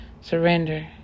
surrender